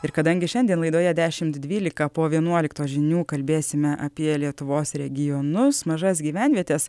ir kadangi šiandien laidoje dešimt dvylika po vienuoliktos žinių kalbėsime apie lietuvos regionus mažas gyvenvietes